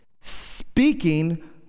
speaking